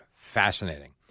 fascinating